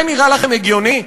זה נראה לכם הגיוני?